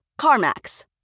CarMax